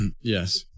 Yes